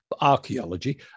archaeology